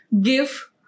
give